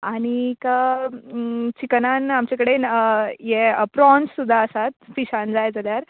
आनीक चिकनान आमचे कडेन यें प्रॉन्स सुद्दां आसात फिशान जाय जाल्यार